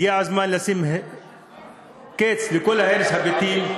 והגיע הזמן לשים קץ לכל הרס הבתים.